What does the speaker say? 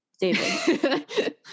david